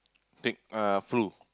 take ah flu